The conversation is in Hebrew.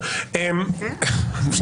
חברת הכנסת אפרת רייטן,